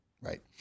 Right